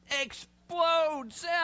explodes